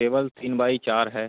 table तीन by चार है